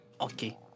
Okay